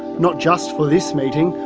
not just for this meeting,